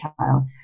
child